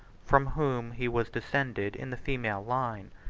from whom he was descended in the female line.